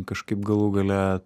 kažkaip galų gale